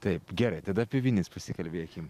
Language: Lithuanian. taip gerai tada apie vinis pasikalbėkim